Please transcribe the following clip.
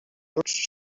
tots